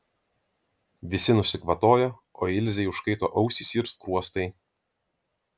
visi nusikvatojo o ilzei užkaito ausys ir skruostai